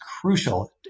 crucial